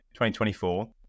2024